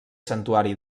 santuari